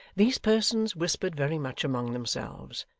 these persons whispered very much among themselves,